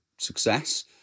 Success